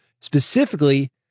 specifically